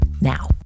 now